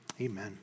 Amen